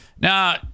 Now